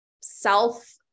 self